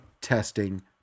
testing